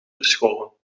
verscholen